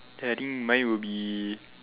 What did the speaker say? I think my would be